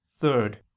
Third